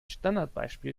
standardbeispiel